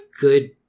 good